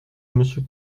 monsieur